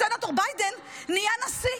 סנטור ביידן נהיה נשיא,